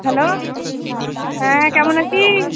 hello হ্যাঁ কেমন আছিস